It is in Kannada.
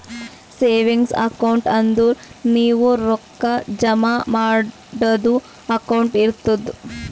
ಸೇವಿಂಗ್ಸ್ ಅಕೌಂಟ್ ಅಂದುರ್ ನೀವು ರೊಕ್ಕಾ ಜಮಾ ಮಾಡದು ಅಕೌಂಟ್ ಇರ್ತುದ್